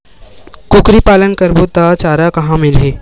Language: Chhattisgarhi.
कुकरी पालन करबो त चारा कहां मिलही?